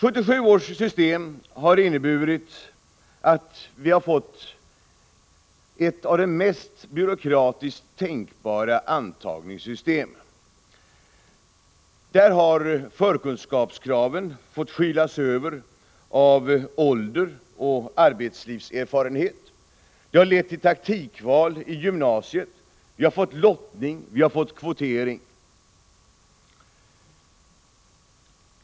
Med det system som infördes fick vi ett av de mest byråkratiska antagningssystemen. Förkunskapskraven har fått skylas över med meriter för ålder och arbetslivserfarenhet. Det har lett till taktikval i gymnasiet, och vi har fått lottning och kvotering.